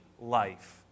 life